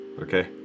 Okay